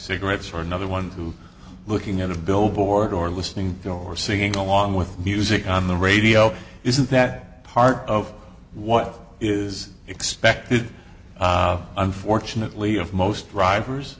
cigarettes or another one who looking at a billboard or listening to or singing along with music on the radio isn't that part of what is expected unfortunately of most drivers